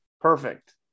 Perfect